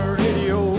radio